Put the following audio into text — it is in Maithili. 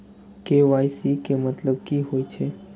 के.वाई.सी के मतलब कि होई छै?